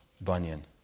Bunyan